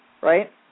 Right